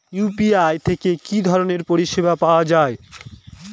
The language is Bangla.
ইউ.পি.আই থেকে কি ধরণের পরিষেবা পাওয়া য়ায়?